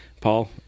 Paul